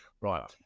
right